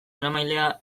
eramailea